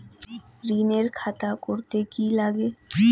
ঋণের খাতা করতে কি লাগে?